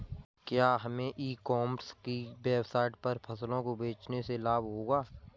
क्या हमें e commerce की वेबसाइट पर फसलों को बेचने से लाभ होगा?